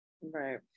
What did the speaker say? Right